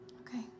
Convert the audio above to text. Okay